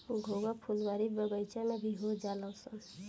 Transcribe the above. घोंघा फुलवारी बगइचा में भी हो जालनसन